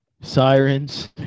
sirens